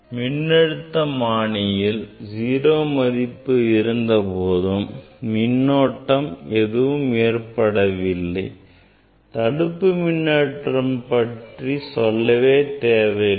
மின்னழுத்தமானியில் 0 மதிப்பு இருந்தபோதும் மின்னோட்டம் எதுவும் ஏற்படவில்லையெனில் தடுப்புக் மின்னழுத்தம் பற்றி சொல்லவே தேவையில்லை